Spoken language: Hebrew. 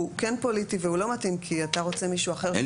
כן פוליטי והוא לא מתאים כי אתה רוצה מישהו אחר שהוא כן